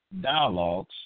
dialogues